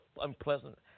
unpleasant